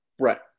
Right